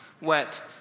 wet